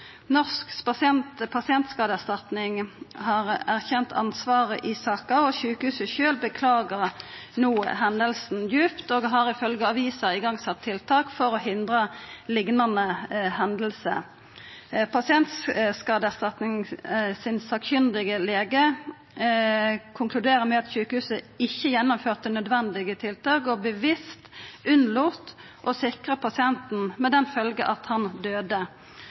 har erkjent ansvar i saka, og sjukehuset sjølv beklagar no hendinga djupt og har, ifølgje avisa, sett i gang tiltak for å hindra liknande hendingar. Norsk pasientskadeerstatning sin sakkunnige lege konkluderer med at sjukehuset ikkje gjennomførte nødvendige tiltak og bevisst unnlét å sikra pasienten, med den følgje at han